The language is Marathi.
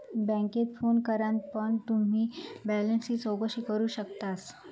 बॅन्केत फोन करान पण तुम्ही बॅलेंसची चौकशी करू शकतास